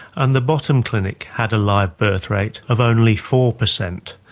and the bottom clinic had a live birth rate of only four percent.